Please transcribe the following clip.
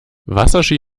wasserski